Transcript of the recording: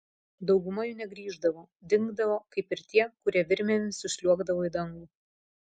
dauguma jų negrįždavo dingdavo kaip ir tie kurie virvėmis užsliuogdavo į dangų